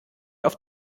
auf